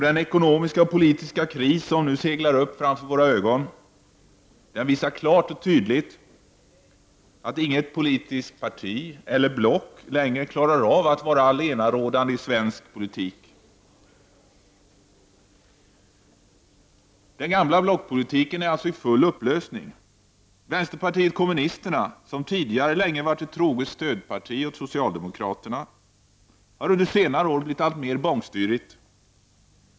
Den ekonomiska och politiska kris som nu seglar upp framför våra ögon visar klart och tydligt att inget politiskt parti eller block längre klarar av att vara allenarådande i svensk politik. Den gamla blockpolitiken är alltså i full upplösning. Vänsterpartiet kommunisterna, som länge har varit ett troget stödparti åt socialdemokraterna, har under senare år blivit allt mer bångstyrigt.